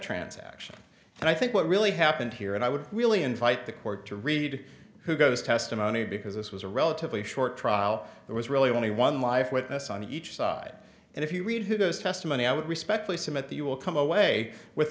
transaction and i think what really happened here and i would really invite the court to read who goes testimony because this was a relatively short trial it was really only one life witness on each side and if you read who knows testimony i would respectfully submit the you will come away with